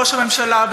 ראש הממשלה,